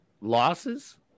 losses